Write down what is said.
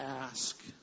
ask